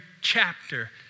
chapter